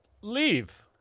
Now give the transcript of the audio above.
leave